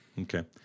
Okay